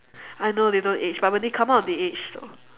I know they don't age but when they come out they age though